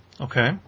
Okay